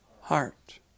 heart